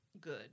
good